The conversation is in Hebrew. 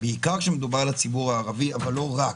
בעיקר כשמדובר על הציבור הערבי, אבל לא רק.